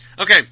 Okay